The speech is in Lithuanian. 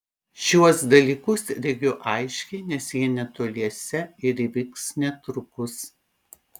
šiuos dalykus regiu aiškiai nes jie netoliese ir įvyks netrukus